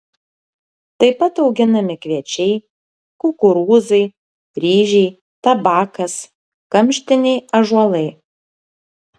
tai pat auginami kviečiai kukurūzai ryžiai tabakas kamštiniai ąžuolai